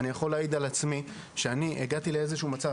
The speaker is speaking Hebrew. אני יכול להעיד על עצמי שאני הגעתי לאיזשהו מצב